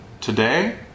today